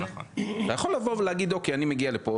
אתה יכול לבוא ולהגיד: אני מגיע לפה.